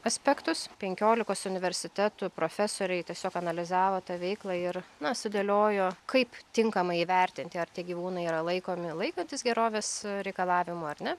aspektus penkiolikos universitetų profesoriai tiesiog analizavo tą veiklą ir na sudėliojo kaip tinkamai įvertinti ar tie gyvūnai yra laikomi laikantis gerovės reikalavimų ar ne